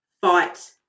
fight